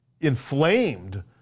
inflamed